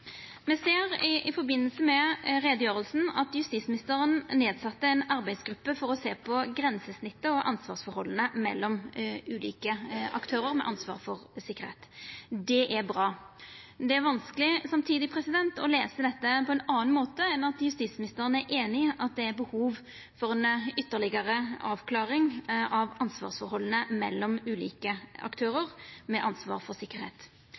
Me ser i samanheng med utgreiinga at justisministeren sette ned ei arbeidsgruppe for å sjå på grensesnittet og ansvarsforholda mellom ulike aktørar med ansvar for sikkerheit. Det er bra. Det er samtidig vanskeleg å lesa dette på ein annan måte enn at justisministeren er einig i at det er behov for ei ytterlegare avklaring av ansvarsforholda mellom ulike aktørar med ansvar for sikkerheit.